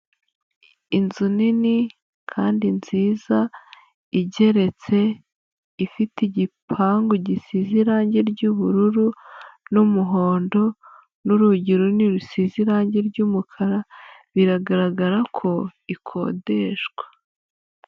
Inzu nini kandi nziza igeretse, ifite igipangu gisize irangi ry'ubururu n'umuhondo, n'urugi runini rusize irangi ry'umukara, biragaragara ko ikodeshwa.